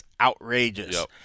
outrageous